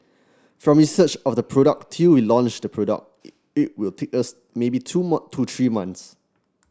from research of the product till we launch the product it it will take us maybe two to three months